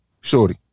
shorty